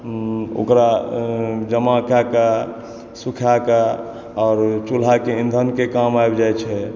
ओकरा जमा कए कऽ सूखाकए आओर चूल्हा के ईंधन के काम आबि जाइ छै